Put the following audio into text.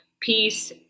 peace